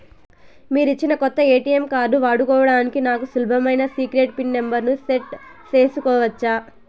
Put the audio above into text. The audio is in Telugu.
మీరిచ్చిన కొత్త ఎ.టి.ఎం కార్డు వాడుకోవడానికి నాకు సులభమైన సీక్రెట్ పిన్ నెంబర్ ను సెట్ సేసుకోవచ్చా?